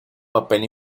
papel